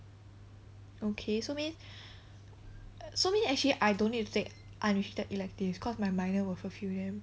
okay so means so means actually I don't need to take unrestricted electives cause my minor will fulfil them